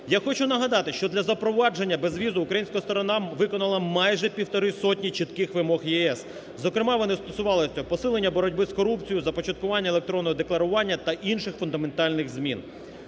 Я хочу нагадати, що для запровадження безвізу українська сторона виконала майже півтори сотні чітких вимог ЄС, зокрема, вони стосувалися посилення боротьби з корупцією, започаткування електронного декларування та інших фундаментальних змін.